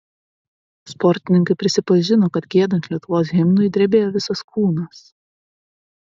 sportininkai prisipažino kad giedant lietuvos himnui drebėjo visas kūnas